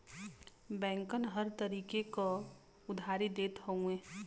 बैंकन हर तरीके क उधारी देत हउए